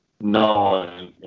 No